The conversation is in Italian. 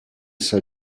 sta